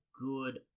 good